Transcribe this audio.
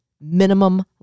minimum